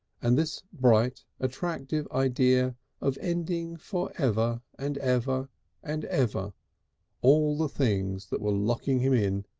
and this bright attractive idea of ending for ever and ever and ever all the things that were locking him in,